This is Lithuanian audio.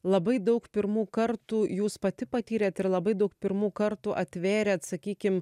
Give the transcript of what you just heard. labai daug pirmų kartų jūs pati patyrėt ir labai daug pirmų kartų atvėrėt sakykim